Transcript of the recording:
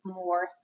more